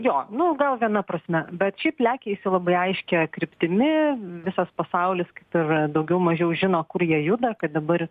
jo nu gal viena prasme bet šiaip lekia jisai labai aiškia kryptimi visas pasaulis kaip ir daugiau mažiau žino kur jie juda kad dabar